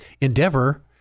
endeavor